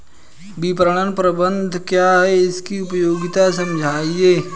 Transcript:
विपणन प्रबंधन क्या है इसकी उपयोगिता समझाइए?